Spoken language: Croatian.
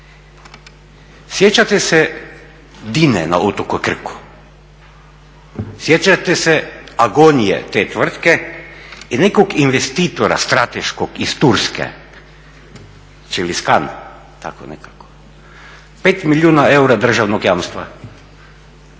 Sjećate se Dine na otoku Krku, sjećate se agonije te tvrtke i nekog investitora strateškog iz Turske, …/Govornik se ne razumije./…